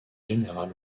général